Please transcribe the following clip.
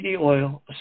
oil